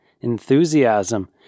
enthusiasm